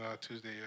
Tuesday